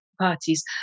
parties